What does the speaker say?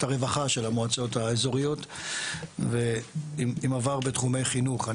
הרווחה של המועצות האזוריות ועם עבר בתחומי חינוך.